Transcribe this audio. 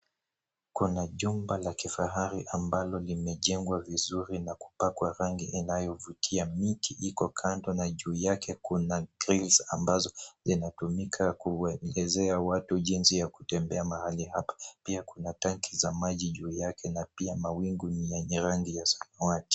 Kuna jumba la kifahari ambalo limejengwa vizuri na kupakwa rangi inayovutia. Miti iko kando na juu yake kuna grills ambazo zinatumiwa kuwaelezea watu jinsi ya kutembea mahali hapa. Pia kuna tangi za maji juu yake na pia mawingu ni yenye rangi ya samawati.